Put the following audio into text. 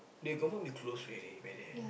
they confirm be close already by then